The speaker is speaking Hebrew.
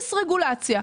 אפס רגולציה.